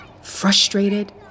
frustrated